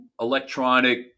electronic